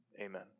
amen